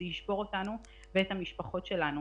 זה ישבור אותנו ואת המשפחות שלנו.